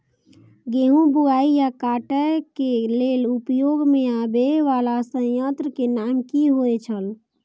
गेहूं बुआई आ काटय केय लेल उपयोग में आबेय वाला संयंत्र के नाम की होय छल?